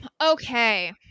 okay